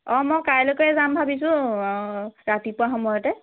অ মই কাইলৈকে যাম ভাবিছোঁ ৰাতিপুৱা সময়তে